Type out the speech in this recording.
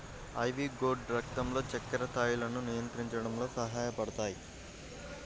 ivy gourd రక్తంలో చక్కెర స్థాయిలను నియంత్రించడంలో సహాయపడతాయి